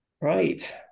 right